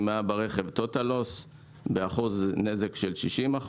אם היה ברכב טוטאל לוס באחוז נזק של 60%,